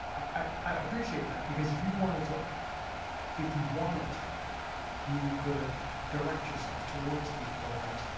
i appreciate that, because if you wanted to if you wanted to you could direct yourself towards these programs,